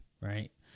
right